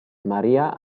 maria